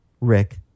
Rick